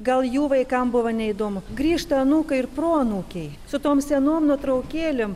gal jų vaikam buvo neįdomu grįžta anūkai ir proanūkiai su tom senom nuotraukėlėm